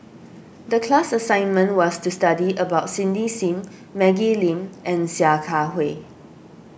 the class assignment was to study about Cindy Sim Maggie Lim and Sia Kah Hui